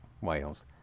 Wales